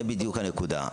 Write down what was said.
זאת בדיוק הנקודה.